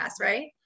right